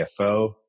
CFO